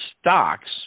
stocks